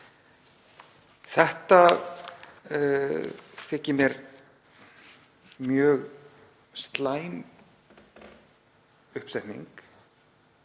Þetta þykir mér mjög slæm uppsetning.